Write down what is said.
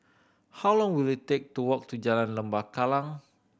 how long will it take to walk to Jalan Lembah Kallang